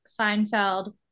Seinfeld